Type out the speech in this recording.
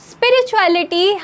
Spirituality